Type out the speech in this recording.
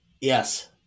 Yes